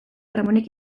ramonek